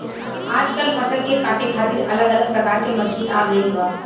आजकल फसल के काटे खातिर अलग अलग प्रकार के मशीन आ गईल बा